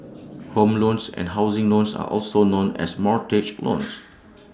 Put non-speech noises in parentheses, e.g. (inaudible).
(noise) home loans and housing loans are also known as mortgage loans